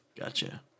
Gotcha